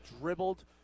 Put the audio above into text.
dribbled